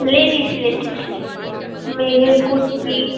ladies ladies মেয়েদের কুর্তি